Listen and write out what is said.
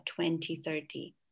2030